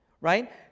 right